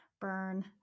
Burn